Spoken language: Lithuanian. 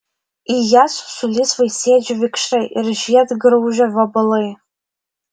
į jas sulįs vaisėdžių vikšrai ir žiedgraužio vabalai